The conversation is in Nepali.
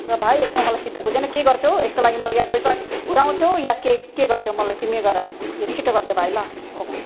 र भाइ यसमा मलाई चित्त बुझेन के गर्छौ यसको लागि मलाई पैसा घुराउछौ या के के गर्छौ मलाई तिमी गर यो छिट्टो गरदेऊ भाइ ल ओके